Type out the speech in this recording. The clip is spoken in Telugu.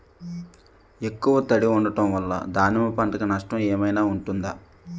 ఎక్కువ తడి ఉండడం వల్ల దానిమ్మ పంట కి నష్టం ఏమైనా ఉంటుందా?